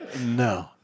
No